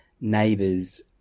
neighbors